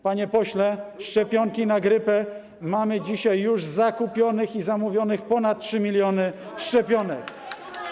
Panie pośle, szczepionki na grypę - mamy dzisiaj, już zakupionych i zamówionych, ponad 3 mln szczepionek.